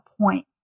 point